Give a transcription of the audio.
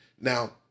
Now